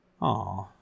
Aw